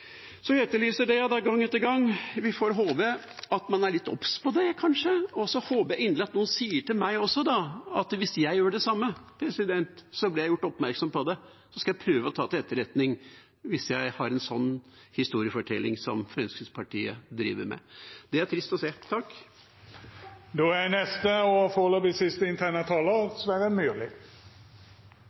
Så jeg etterlyser dette gang etter gang – vi får håpe at man er litt obs på det kanskje. Og så håper jeg inderlig at noen også sier det til meg hvis jeg gjør det samme, så jeg blir gjort oppmerksom på det. Da skal jeg prøve å ta det til etterretning, hvis jeg har en slik historiefortelling som Fremskrittspartiet driver med. Det er trist å se. Til regjeringspartienes talere som er